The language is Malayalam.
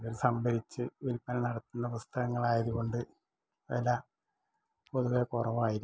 ഇവര് സംഭരിച്ച് വിൽപ്പന നടത്തുന്ന പുസ്തകങ്ങളായത് കൊണ്ട് വില പൊതുവേ കുറവായിരിക്കും